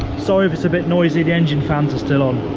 sorry if it's a bit noisy, the engine fans are still on,